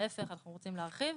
להיפך, אנחנו רוצים להרחיב.